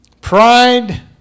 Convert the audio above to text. Pride